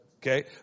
Okay